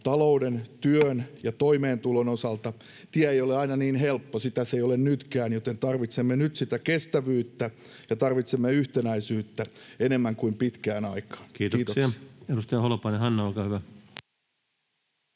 koputtaa] ja toimeentulon osalta tie ei ole aina niin helppo. Sitä se ei ole nytkään, joten tarvitsemme nyt sitä kestävyyttä ja tarvitsemme yhtenäisyyttä enemmän kuin pitkään aikaan. — Kiitos. [Speech 117] Speaker: